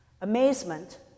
Amazement